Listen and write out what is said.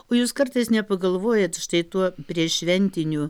o jūs kartais nepagalvojat štai tuo prieššventiniu